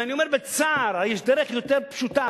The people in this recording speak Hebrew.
ואני אומר בצער, יש דרך יותר פשוטה.